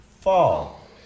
fall